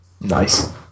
Nice